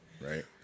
right